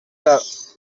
the